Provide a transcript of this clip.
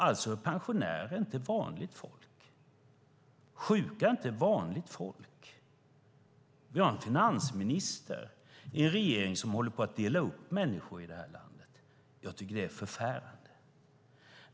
Alltså är pensionärer inte vanligt folk. Sjuka är inte vanligt folk. Vi har en finansminister i en regering som håller på att dela upp människor i det här landet. Jag tycker att det är förfärande.